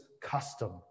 custom